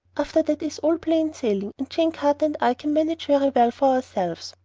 after that is all plain sailing, and jane carter and i can manage very well for ourselves.